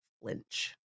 flinch